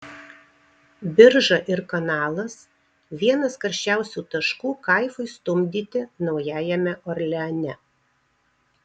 birža ir kanalas vienas karščiausių taškų kaifui stumdyti naujajame orleane